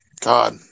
God